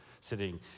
sitting